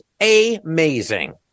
amazing